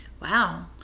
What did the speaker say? wow